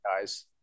guys